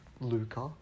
Luca